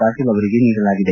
ಪಾಟೀಲ್ ಅವರಿಗೆ ನೀಡಲಾಗಿದೆ